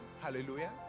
hallelujah